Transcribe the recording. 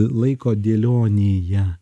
laiko dėlionėje